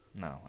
No